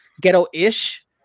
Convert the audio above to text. ghetto-ish